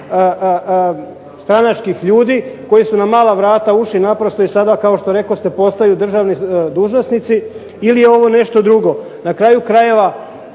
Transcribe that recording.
stranačkih ljudi koji su na mala vrata ušli i sada kao što rekoste postaju državni dužnosnici ili je ovo nešto drugo. Na kraju krajeva